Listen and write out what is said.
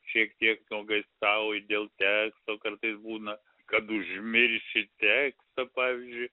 šiek tiek nuogąstauji dėl teksto kartais būna kad užmirši tekstą pavyzdžiui